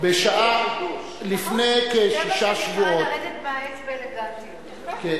שנקרא לרדת מהעץ בצורה אלגנטית.